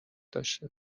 داشته